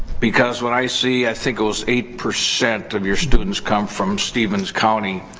because what i see. i think it was eight percent of your students come from stevens county.